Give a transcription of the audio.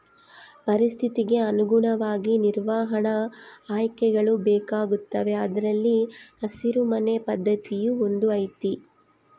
ಪರಿಸ್ಥಿತಿಗೆ ಅನುಗುಣವಾಗಿ ನಿರ್ವಹಣಾ ಆಯ್ಕೆಗಳು ಬೇಕಾಗುತ್ತವೆ ಅದರಲ್ಲಿ ಹಸಿರು ಮನೆ ಪದ್ಧತಿಯೂ ಒಂದು ಐತಿ